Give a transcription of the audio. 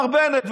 מר בנט,